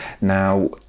Now